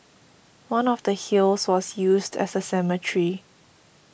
one of the hills was used as a cemetery